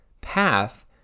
path